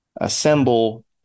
assemble